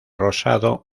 rosado